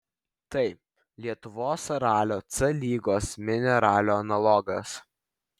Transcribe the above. tai lietuvos ralio c lygos mini ralio analogas